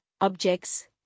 objects